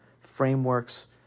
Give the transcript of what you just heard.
frameworks